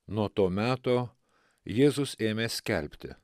nuo to meto jėzus ėmė skelbti